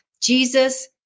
Jesus